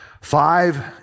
Five